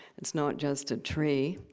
it's not just a tree.